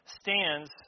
stands